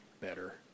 better